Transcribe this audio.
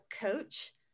coach